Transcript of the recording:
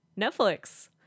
netflix